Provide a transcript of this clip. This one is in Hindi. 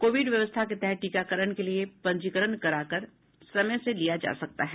कोविड व्यवस्था के तहत टीकाकरण के लिए पंजीकरण कराकर समय लिया जा सकता है